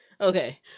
Okay